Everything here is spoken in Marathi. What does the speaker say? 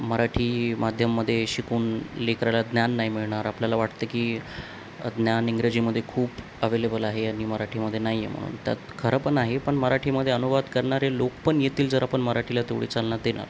मराठी माध्यममध्ये शिकून लेकराला ज्ञान नाही मिळणार आपल्याला वाटतं की ज्ञान इंग्रजीमध्ये खूप अवेलेबल आहे आणि मराठीमध्ये नाही आहे म्हणून त्यात खरं पण आहे पण मराठीमध्ये अनुवाद करणारे लोक पण येतील जर आपण मराठीला तेवढी चालना देणार